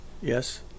Yes